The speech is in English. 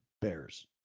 Bears